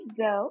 go